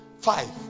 Five